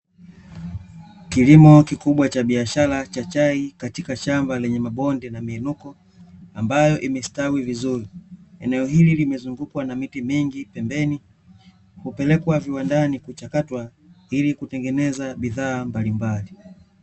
Kilimo kikubwa cha biashara cha chai katika shamba lenye mabonde na miinuko ambayo imestawi vizuri. Eneo hili limezungukwa na miti mingi pembeni, hupelekwa viwandani kuchakatwa ili kutengeneza bidhaa mbalimbali.